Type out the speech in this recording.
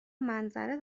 منظره